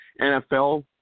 NFL